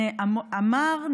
אמר,